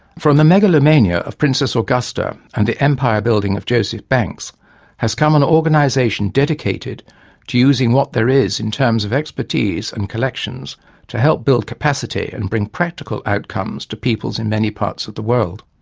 from the megalomania of princess augusta and the empire-building of joseph banks has come an organisation dedicated dedicated to using what there is in terms of expertise and collections to help build capacity and bring practical outcomes to peoples in many parts of the world.